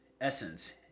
essence